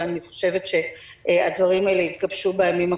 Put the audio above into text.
ואני חושבת שהדברים האלה יתגבשו בימים הקרובים.